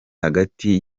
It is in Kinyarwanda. hagati